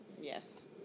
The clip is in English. Yes